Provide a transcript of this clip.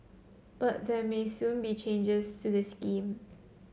but there may soon be changes to the scheme